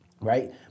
right